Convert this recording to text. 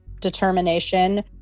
determination